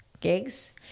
gigs